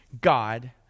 God